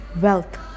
wealth